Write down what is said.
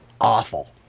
awful